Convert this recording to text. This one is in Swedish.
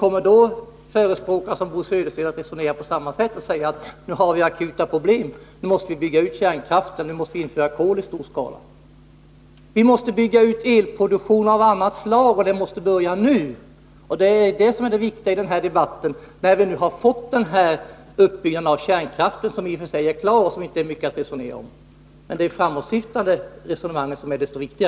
Kommer förespråkare för linje 2 som Bo Södersten att resonera på samma sätt då och säga att vi har akuta problem och att vi måste bygga ut kärnkraften och införa kol i stor skala? Vi måste bygga ut elproduktion av annat slag, och detta måste påbörjas nu. Det är det viktiga i den här debatten, när vi nu har fått den uppbyggnad av kärnkraften som sker och som inte är mycket att resonera om. Det är de framåtsyftande resonemangen som är viktiga.